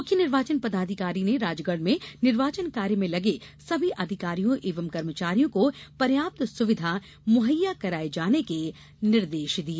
मुख्य निर्वाचन पदाधिकारी ने राजगढ़ में निर्वाचन कार्य में लगे सभी अधिकारियों एवं कर्मचारियों को पर्याप्त सुविधा मुहैया कराए जाने के निर्देश दिए